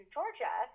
Georgia